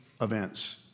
events